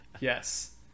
Yes